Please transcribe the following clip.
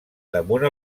damunt